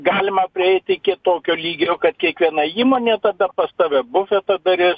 galima prieiti iki tokio lygio kad kiekviena įmonė tada pas tave bufetą daris